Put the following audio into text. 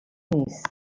نیست